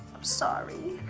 i'm sorry.